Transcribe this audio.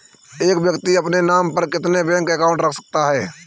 एक व्यक्ति अपने नाम पर कितने बैंक अकाउंट रख सकता है?